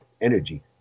energy